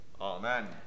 Amen